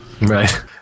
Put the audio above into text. Right